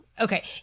Okay